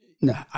No